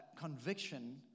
conviction